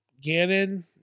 Gannon